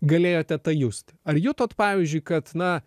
galėjote tą justi ar jutot pavyzdžiui kad na